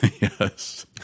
yes